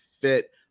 fit